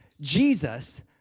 Jesus